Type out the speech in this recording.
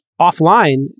offline